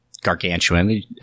gargantuan